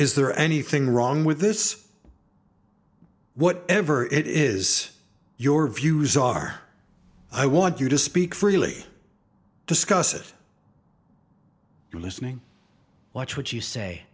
is there anything wrong with this whatever it is your views are i want you to speak freely discuss it you're listening watch what you say